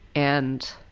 and,